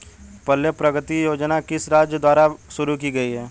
पल्ले प्रगति योजना किस राज्य द्वारा शुरू की गई है?